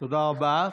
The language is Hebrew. תודה רבה.